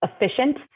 efficient